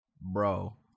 bro